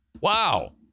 Wow